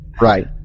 right